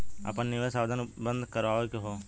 आपन निवेश आवेदन बन्द करावे के हौ?